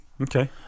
Okay